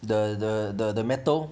the the the the metal